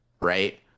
right